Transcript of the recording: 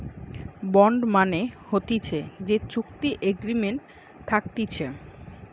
bond মানে হতিছে যে চুক্তি এগ্রিমেন্ট থাকতিছে